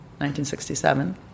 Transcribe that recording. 1967